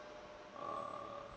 err